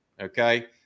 Okay